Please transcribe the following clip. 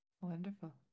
Wonderful